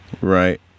Right